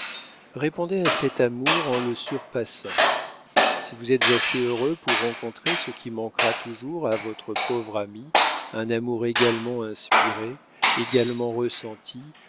répondez à cet amour en le surpassant si vous êtes assez heureux pour rencontrer ce qui manquera toujours à votre pauvre amie un amour également inspiré également ressenti